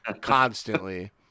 constantly